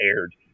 aired